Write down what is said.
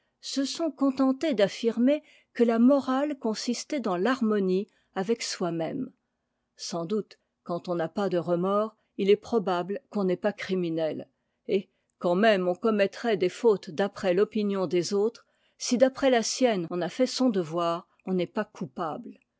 se sont contentés d'affirmer que la morale consistait dans l'harmonie avec soi-même sans doute quand on n'a pas de remords il est probable qu'on n'est pas criminel et quand même on commettrait des fautes d'après l'opinion des autres si d'après la sienne on a fait son devoir on n'est pas coupable